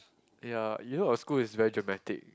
ya you know our school is very dramatic